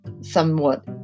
somewhat